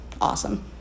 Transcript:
awesome